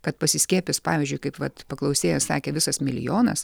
kad pasiskiepys pavyzdžiui kaip vat paklausėja sakė visas milijonas